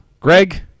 Greg